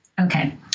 Okay